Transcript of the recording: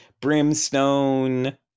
brimstone